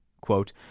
Quote